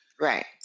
Right